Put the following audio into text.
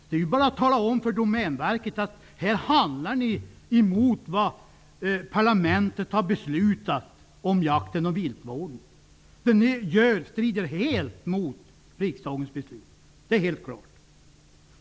Det är bara att tala om för Domänverket att det handlar mot vad parlamentet har beslutat om jakten och viltvården. Det är helt klart att det strider mot riksdagens beslut.